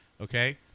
Okay